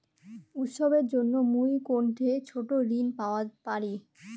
উৎসবের জন্য মুই কোনঠে ছোট ঋণ পাওয়া পারি?